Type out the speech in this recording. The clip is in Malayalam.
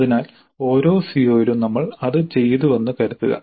അതിനാൽ ഓരോ CO യിലും നമ്മൾ അത് ചെയ്തുവെന്ന് കരുതുക